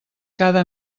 cada